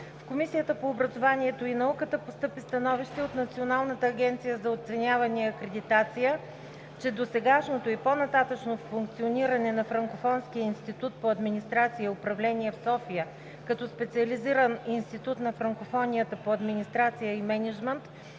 В Комисията по образованието и науката постъпи становище от Националната агенция за оценяване и акредитация, че досегашното и по-нататъшно функциониране на Франкофонския институт по администрация и управление в София като специализиран институт на франкофонията по администрация и мениджмънт